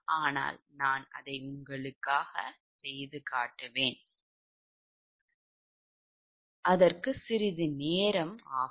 ஆனால் நான் அதை உங்களுக்காக செய்து காட்டுவேன் அதற்கு சிறிது நேரம் ஆகும்